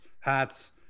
hats